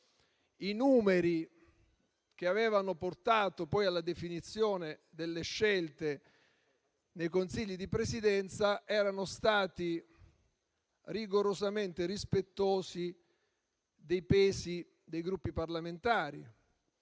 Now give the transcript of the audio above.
i numeri che avevano portato poi alla definizione delle scelte dei consigli di presidenza erano stati rigorosamente rispettosi dei pesi dei Gruppi parlamentari;